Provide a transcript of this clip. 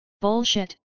Bullshit